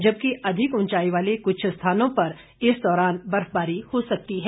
जबकि अधिक ऊंचाई वाले कुछ स्थानों पर इस दौरान बर्फबारी हो सकती है